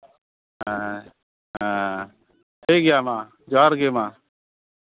ᱦᱮᱸ ᱦᱮᱸ ᱴᱷᱤᱠ ᱜᱮᱭᱟ ᱢᱟ ᱡᱚᱦᱟᱨ ᱜᱮ ᱢᱟ